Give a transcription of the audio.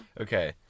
Okay